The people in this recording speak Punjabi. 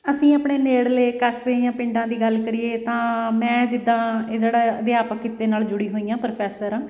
ਅਸੀਂ ਆਪਣੇ ਨੇੜਲੇ ਕਸਬੇ ਜਾਂ ਪਿੰਡਾਂ ਦੀ ਗੱਲ ਕਰੀਏ ਤਾਂ ਮੈਂ ਜਿੱਦਾਂ ਇਹ ਜਿਹੜਾ ਅਧਿਆਪਕ ਕਿੱਤੇ ਨਾਲ ਜੁੜੀ ਹੋਈ ਹਾਂ ਪ੍ਰੋਫੈਸਰ ਹਾਂ